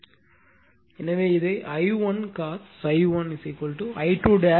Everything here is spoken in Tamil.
எனவே இதை I1 cos ∅ 1 I2 cos 31